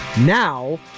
now